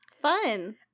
Fun